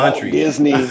Disney